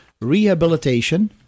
rehabilitation